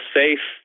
safe